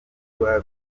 bimaze